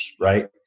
right